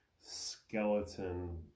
skeleton